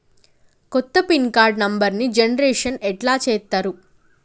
కొత్త pin card నెంబర్ని generation ఎట్లా చేత్తరు?